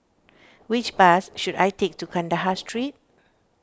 which bus should I take to Kandahar Street